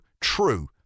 true